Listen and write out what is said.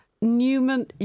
Newman